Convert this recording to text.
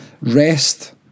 rest